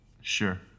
Sure